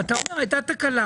ואתה אומר: הייתה תקלה.